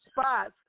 spots